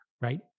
right